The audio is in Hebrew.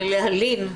להלין,